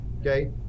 Okay